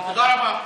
תודה רבה.